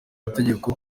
amategeko